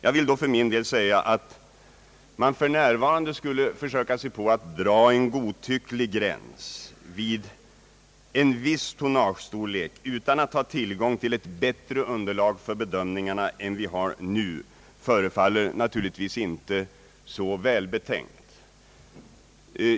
Jag vill för min del säga att det naturligtvis inte förefaller så välbetänkt att för närvarande försöka dra en godtycklig gräns vid en viss tonnagestorlek utan att ha tillgång till ett bättre underlag för bedömningarna än vi nu har.